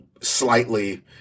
slightly